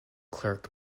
clerk